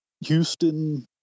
Houston